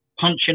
punching